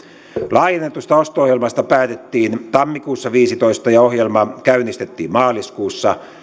laajennetusta osto ohjelmasta päätettiin tammikuussa viisitoista ja ohjelma käynnistettiin maaliskuussa